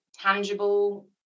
tangible